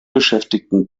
beschäftigten